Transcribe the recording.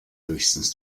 höchstens